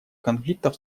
конфликтов